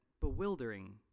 bewildering